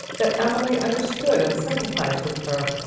that emily understood and sympathized with her,